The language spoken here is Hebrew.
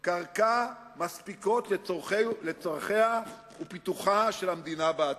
קרקעות מספיקות לצרכיה ולפיתוחה של המדינה בעתיד.